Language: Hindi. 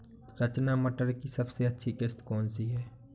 रचना मटर की सबसे अच्छी किश्त कौन सी है?